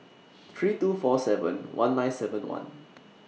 three two four seven one nine seven one